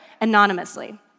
anonymously